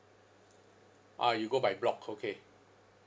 ah you go by block okay